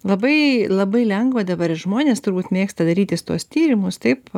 labai labai lengva dabar žmonės turbūt mėgsta darytis tuos tyrimus taip